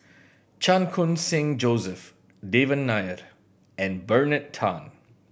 Chan Khun Sing Joseph Devan Nair and Bernard Tan